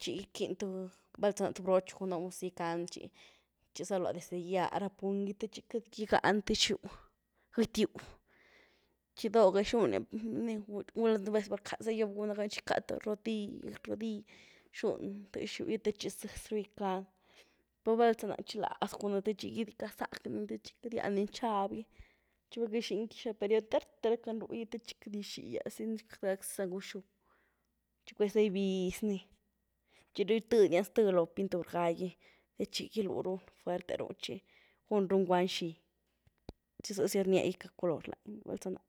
txi gykiny th, val za ná th broch guná gus gycany txi, txi zalwa desde gýa, rá pund gy te txi queity gygány tëx-gyú, gëquy-gyú txi doo ga gyxunya ni, gulá nu’ vez val rkaza gyób guna gán txiká th rodill- rodill xuny tëx-gyú gy te txi zëzy ru gýcani, per val za ná chiláaz gunani te txi gydiká zak nii, te txi queity gyándyny nxab txi kixa period térte ra kan-rú gy te txi queity gyxi yazdiny za gwxgyú, txi kweza gybyz-ni, txi ru gytëdiany zty loo pintur gá gy, te txi gyluy runy fuerte ru txi gun runy ngwand xi, txi zëzy rnia gyka color langy val za ná.